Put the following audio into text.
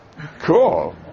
Cool